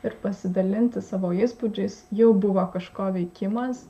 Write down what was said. ir pasidalinti savo įspūdžiais jau buvo kažko veikimas